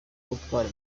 gutwara